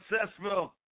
successful